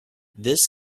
this